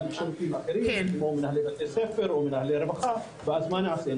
שירותים אחרים כמו מנהלי בתי ספר או מנהלי רווחה ואז מה נעשה,